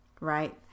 Right